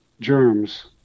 germs